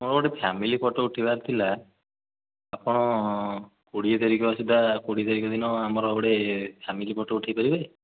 ମୋର ଗୋଟେ family photo ଉଠାଇବାର ଥିଲା ଆପଣ କୋଡ଼ିଏ ତାରିଖ ସୁଦ୍ଧା କୋଡ଼ିଏ ତାରିଖ ଦିନ ଆମର ଗୋଟେ ଫ୍ୟାମିଲି ଫଟୋ ଉଠାଇ ପାରିବେ